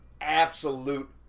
absolute